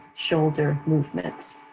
shoulder movements.